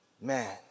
Man